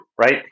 right